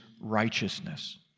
righteousness